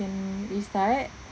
can we start